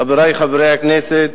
חברי חברי הכנסת,